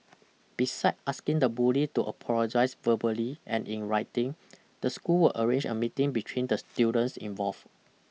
besides asking the bully to apologize verbally and in writing the school arrange a meeting between the students involve